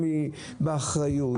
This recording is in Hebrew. מייעלים אותה,